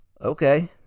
okay